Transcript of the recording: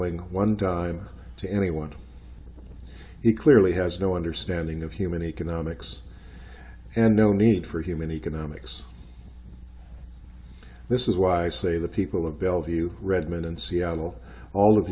y one dime to anyone he clearly has no understanding of human economics and no need for human economics this is why i say the people of bellevue redmond in seattle all th